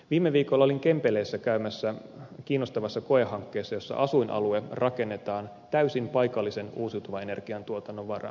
viime viikolla olin kempeleessä käymässä kiinnostavassa koehankkeessa jossa asuinalue rakennetaan täysin paikallisen uusiutuvan energiantuotannon varaan